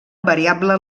variable